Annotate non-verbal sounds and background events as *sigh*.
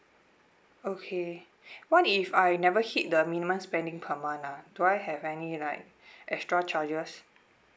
okay what if I never hit the minimum spending per month ah do I have any like *breath* extra charges